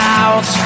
out